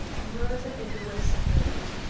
murder in the west end